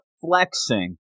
flexing